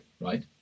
right